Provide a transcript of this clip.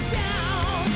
down